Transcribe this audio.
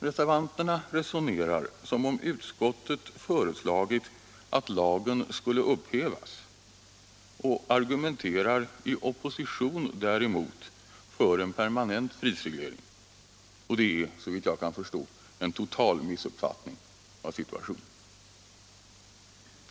Reservanterna resonerar som om utskottet hade föreslagit att lagen skulle upphävas och argumenterar i opposition däremot för en permanent prisreglering. Det är en total missuppfattning av situationen.